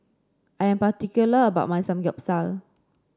I am particular about my Samgyeopsal